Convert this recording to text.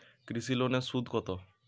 কৃষি লোনের সুদ কত?